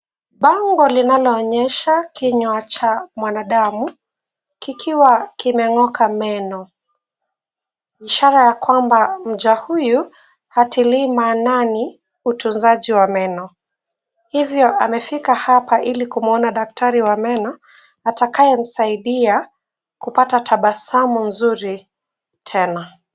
Bango linaloonyesha kinywa cha mwanadamu kikiwa kimeng'oka meno. Ishara ya kwamba mja huyu hatilii maanani utunzaji wa meno. Hivyo amefika hapa ili kumuona daktari wa meno atakaye msaidia kupata tabasamu nzuri tena.